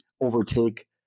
overtake